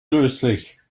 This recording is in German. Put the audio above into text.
löslich